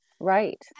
right